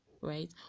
right